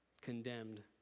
condemned